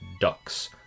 Ducks